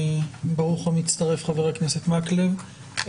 ברוך המצטרף, חבר הכנסת מקלב.